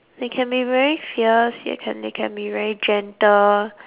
they can be very fierce yet can they can be very gentle